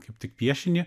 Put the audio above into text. kaip tik piešinį